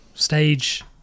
Stage